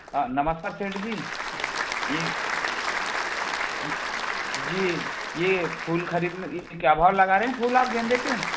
नमस्कार सेठ जी ये जी ये फूल खरीद क्या भाव लगा रहे हैं फूल आप गेंदे के